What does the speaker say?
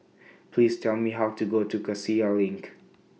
Please Tell Me How to Go to Cassia LINK